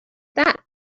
that